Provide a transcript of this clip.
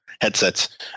headsets